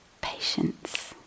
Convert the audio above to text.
Patience